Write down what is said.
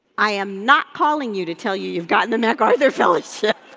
i am not calling you to tell you you've gotten a macarthur fellowship.